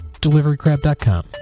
DeliveryCrab.com